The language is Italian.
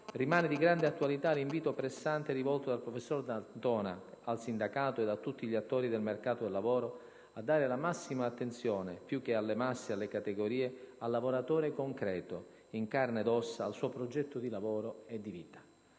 rimane di grande attualità l'invito pressante, rivolto dal professor D'Antona al sindacato e a tutti gli attori del mercato del lavoro, a dare la massima attenzione, più che alle masse ed alle categorie, al "lavoratore concreto, in carne ed ossa, al suo progetto di lavoro e di vita".